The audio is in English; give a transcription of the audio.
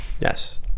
Yes